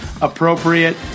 appropriate